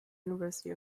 university